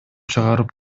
чыгарып